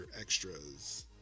extras